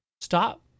Stop